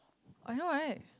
I know right